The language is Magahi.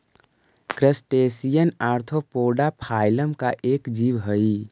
क्रस्टेशियन ऑर्थोपोडा फाइलम का एक जीव हई